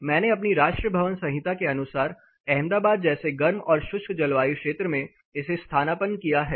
मैंने अपनी राष्ट्रीय भवन संहिता के अनुसार अहमदाबाद जैसे गर्म और शुष्क जलवायु क्षेत्र में इसे स्थानापन्न किया है